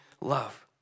love